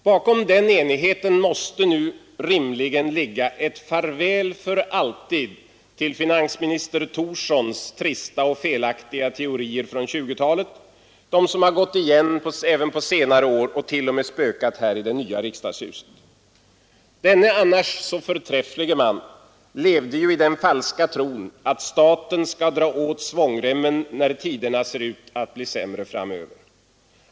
Bakom den enigheten måste rimligen ligga ett farväl för alltid till finansminister Thorssons trista och felaktiga teorier från 1920-talet som gått igenom även på senare år och spökat till och med i det nya riksdagshuset. Denne annars så förträfflige man levde i den falska tron att staten skall dra åt svångremmen, när tiderna ser ut att bli sämre framöver.